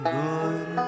good